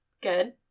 Good